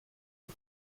sur